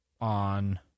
On